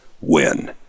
win